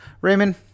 Raymond